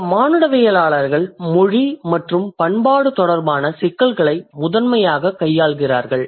இந்த மானுடவியலாளர்கள் மொழி மற்றும் பண்பாடு தொடர்பான சிக்கல்களை முதன்மையாகக் கையாளுகிறார்கள்